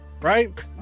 right